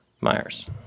Myers